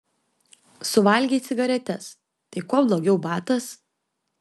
suvalgei cigaretes tai kuo blogiau batas